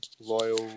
loyal